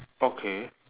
okay